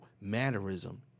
mannerism